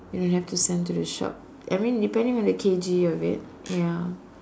you don't have to send to the shop I mean depending on the K_G of it ya